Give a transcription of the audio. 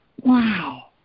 Wow